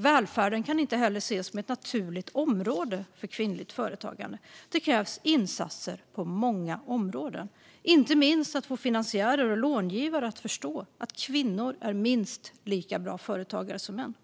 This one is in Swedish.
Välfärden kan inte heller ses som ett naturligt område för kvinnligt företagande. Det krävs insatser på många områden, inte minst för att få finansiärer och långivare att förstå att kvinnor är minst lika bra företagare som män.